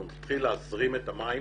אנחנו נתחיל להזרים את המים.